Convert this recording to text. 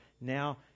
now